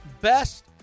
best